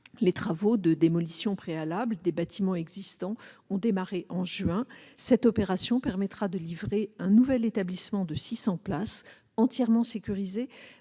Les travaux de démolition préalable ont démarré en juin dernier. Cette opération permettra de livrer un nouvel établissement de 600 places, entièrement sécurisé